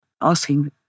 asking